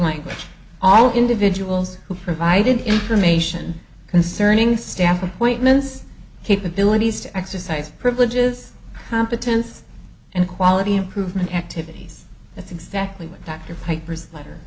language all individuals who provided information concerning staff appointments capabilities to exercise privileges competence and quality improvement activities that's exactly what dr piper's letter